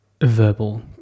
verbal